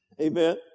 Amen